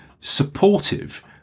supportive